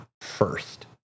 first